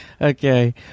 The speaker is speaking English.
Okay